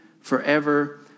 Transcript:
forever